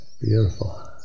beautiful